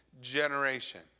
generation